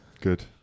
Good